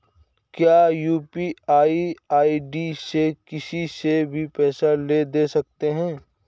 क्या UPI ID से किसी से भी पैसे ले दे सकते हैं?